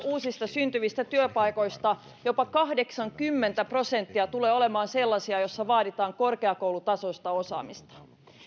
uusista syntyvistä työpaikoista jopa kahdeksankymmentä prosenttia tulee olemaan sellaisia joissa vaaditaan korkeakoulutasoista osaamista